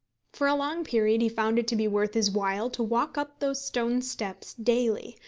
for a long period he found it to be worth his while to walk up those stone steps daily,